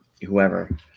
whoever